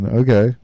okay